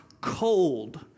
cold